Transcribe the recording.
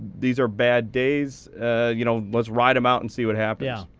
these are bad days you know let's ride them out and see what happens. yeah,